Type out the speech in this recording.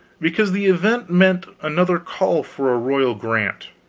because the event meant another call for a royal grant.